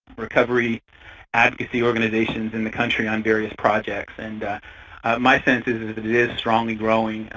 recovery advocacy organizations in the country on various projects. and my sense is is that it is strongly growing,